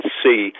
see